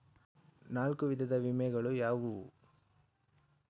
ನಾಲ್ಕು ವಿಧದ ವಿಮೆಗಳು ಯಾವುವು?